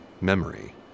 memory